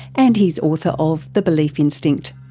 and he's author of the belief instinct.